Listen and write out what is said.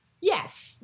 Yes